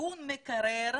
תיקון מקרר